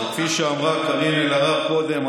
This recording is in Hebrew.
כפי שאמרה קארין אלהרר קודם,